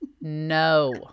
No